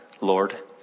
Lord